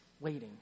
waiting